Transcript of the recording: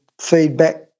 feedback